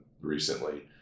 recently